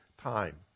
time